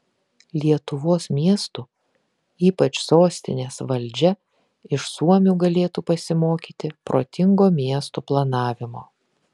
lietuvos miestų ypač sostinės valdžia iš suomių galėtų pasimokyti protingo miestų planavimo